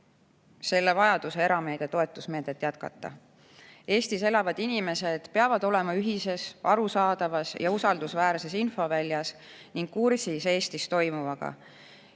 vajaduse erameedia toetusmeedet jätkata. Eestis elavad inimesed peavad olema ühises, arusaadavas ja usaldusväärses infoväljas ning kursis Eestis toimuvaga.